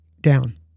down